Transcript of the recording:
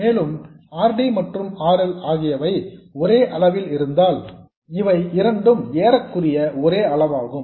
மேலும் R D மற்றும் R L ஆகியவை ஒரே அளவில் இருந்தால் இவை இரண்டும் ஏறக்குறைய ஒரே அளவாகும்